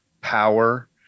power